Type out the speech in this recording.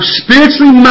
spiritually